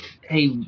hey